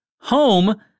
Home